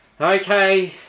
okay